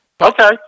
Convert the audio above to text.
Okay